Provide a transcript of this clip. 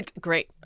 Great